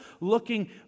looking